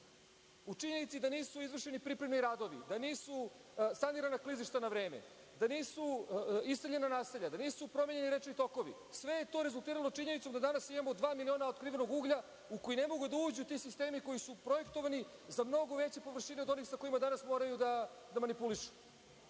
u činjenici da nisu izvršeni pripremni radovi, da nisu sanirana klizišta na vreme, da nisu iseljena naselja, da nisu promenjeni rečni tokovi, sve je to rezultiralo činjenicom da danas imamo dva miliona otkrivenog uglja u koji ne mogu da uđu ti sistemi koji su projektovani za mnogo veće površine od onih sa kojima danas moraju da manipulišu. To